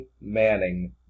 Manning